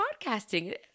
podcasting